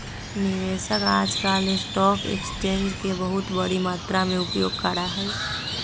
निवेशक आजकल stock exchange के बहुत बडी मात्रा में उपयोग करा हई